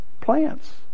Plants